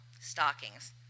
stockings